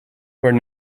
where